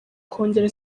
kongera